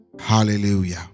hallelujah